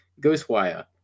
Ghostwire